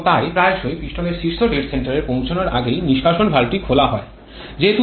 এবং তাই প্রায়শই পিস্টন শীর্ষ ডেড সেন্টারে পৌঁছানোর আগেই নিষ্কাশন ভালভটি খোলা হয়